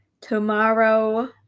tomorrow